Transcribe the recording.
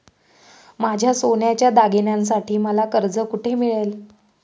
माझ्या सोन्याच्या दागिन्यांसाठी मला कर्ज कुठे मिळेल?